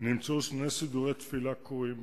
נמצאו במקום שני סידורי תפילה קרועים,